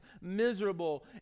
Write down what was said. miserable